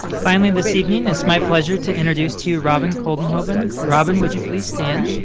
finally, this evening it's my pleasure to introduce to you robin koldenhoven. robin, would you please stand?